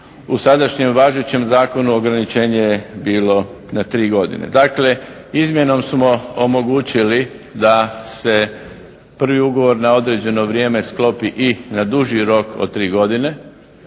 u sadašnjem važećem zakonu ograničenje je bilo na 3 godine. Dakle izmjenom smo omogućili da se prvi ugovor na određeno vrijeme sklopi i na duži rok od 3 godine